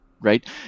right